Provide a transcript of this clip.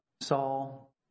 Saul